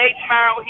tomorrow